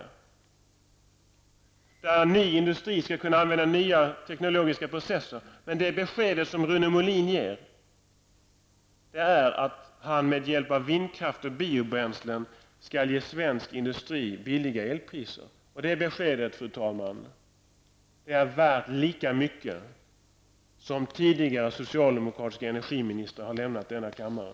Ny industri skall kunna använda nya tekniska processer, men det besked som Rune Molin ger är att han med hjälp av vindkraft och biobränslen skall ge svensk industri låga elpriser. Det beskedet, fru talman, är värt lika mycket som de besked tidigare socialdemokratiska energiministrar har lämnat denna kammare.